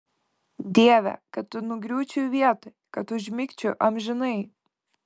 dieve kad nugriūčiau vietoj kad užmigčiau amžinai